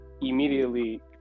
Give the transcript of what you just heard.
immediately